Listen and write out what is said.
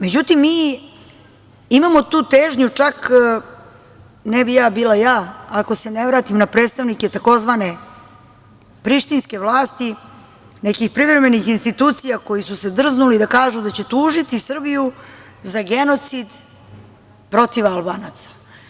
Međutim, mi imamo tu težnju, čak ne bih ja bila ja, ako se ne vratim na predstavnike tzv. prištinske vlasti, nekih privremenih institucija, koji su se drznuli da kažu da će tužiti Srbiju za genocid protiv Albanaca.